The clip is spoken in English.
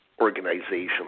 organization